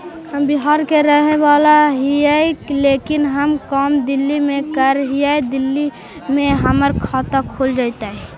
हम बिहार के रहेवाला हिय लेकिन हम काम दिल्ली में कर हिय, दिल्ली में हमर खाता खुल जैतै?